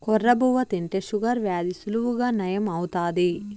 కొర్ర బువ్వ తింటే షుగర్ వ్యాధి సులువుగా నయం అవుతాది